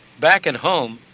back at home,